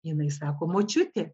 jinai sako močiutė